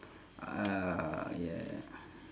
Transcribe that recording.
ah yeah